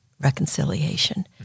reconciliation